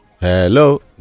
Hello